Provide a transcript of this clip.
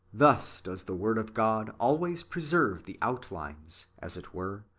thus does the word of god always preserve the outlines, as it were,